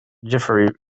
jeffery